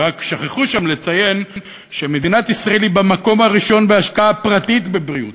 רק שכחו לציין שם שמדינת ישראל היא במקום הראשון בהשקעה פרטית בבריאות,